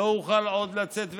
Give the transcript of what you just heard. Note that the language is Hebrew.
לא אוכל עוד לצאת ולבוא,